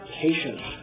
patience